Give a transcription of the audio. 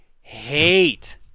hate